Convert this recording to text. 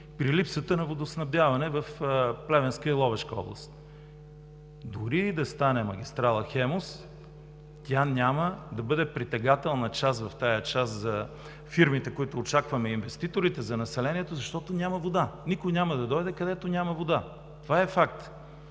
при липсата на водоснабдяване в Плевенска и Ловешка област. Дори и да стане магистрала „Хемус“, тя няма да бъде притегателна в тази част за фирмите и инвеститорите, които очакваме, за населението, защото няма вода. Никой няма да дойде където няма вода. Това е факт.